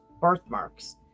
birthmarks